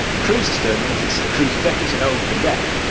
cruiser stern means it's a cruiser deck, it's an open deck.